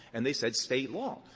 and they said state law.